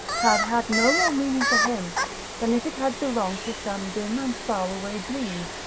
had had no more meaning for him than if it had belonged to some dim and faraway dream.